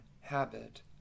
habit